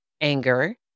anger